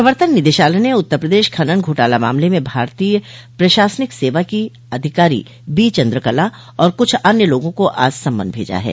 प्रवर्तन निदेशालय ने उत्तरर प्रदेश खनन घोटाला मामले में भारतीय प्रशासनिक सेवा की अधिकारी बी चन्द्र कला और क्छ अन्य लोगों को आज सम्मन भेजा है